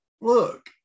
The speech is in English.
look